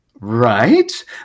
Right